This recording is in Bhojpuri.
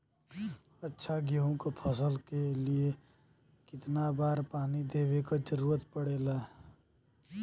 अच्छा गेहूँ क फसल के लिए कितना बार पानी देवे क जरूरत पड़ेला?